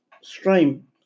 stream